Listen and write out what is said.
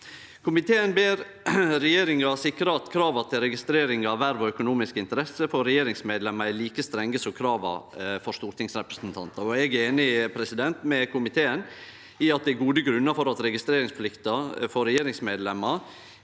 Komiteen ber regjeringa sikre at krava til registrering av verv og økonomiske interesser for regjeringsmedlemer er like strenge som krava for stortingsrepresentantar. Eg er einig med komiteen i at det er gode grunnar for at registreringsplikta for regjeringsmedlemer